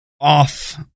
off